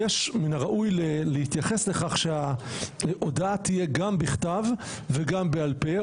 מן הראוי להתייחס לכך שההודעה תהיה גם בכתב וגם בעל פה.